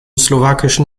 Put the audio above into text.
slowakischen